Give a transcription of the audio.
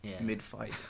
mid-fight